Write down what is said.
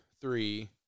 three